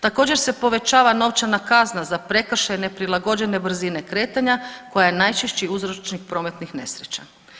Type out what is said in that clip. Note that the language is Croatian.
Također se povećava novčana kazna za prekršaj neprilagođene brzine kretanja koja je najčešći uzročnih prometnih nesreća.